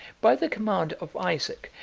by the command of isaac,